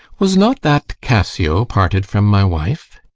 was not that cassio parted from my wife?